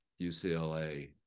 UCLA